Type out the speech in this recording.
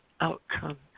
outcome